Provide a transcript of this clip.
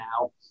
now